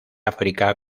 áfrica